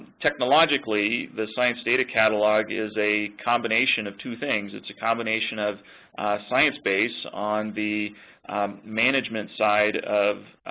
technologically, the science data catalog is a combination of two things, it's a combination of sciencebase, on the management side of,